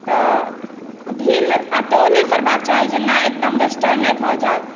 तऽ ढील एतबो नहि करबाक चाही जे नहि एकदमे वेस्टर्ने भऽ जाइ